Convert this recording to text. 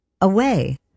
away